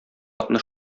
атны